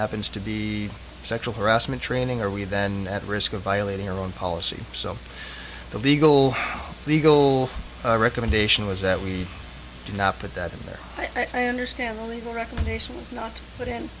happens to be sexual harassment training are we then at risk of violating our own policy so the legal legal recommendation was that we did not put that in there i understand the legal recommendation was not put in